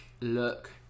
look